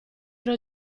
ero